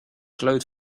glowed